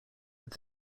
with